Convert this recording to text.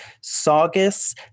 Saugus